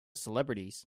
celebrities